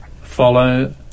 follow